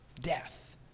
death